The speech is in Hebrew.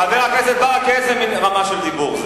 חבר הכנסת ברכה, איזה מין רמה של דיבור זה?